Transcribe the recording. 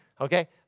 Okay